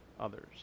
others